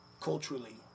Culturally